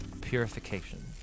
purification